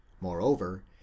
Moreover